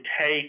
take